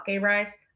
rice